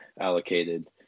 allocated